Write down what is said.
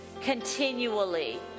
continually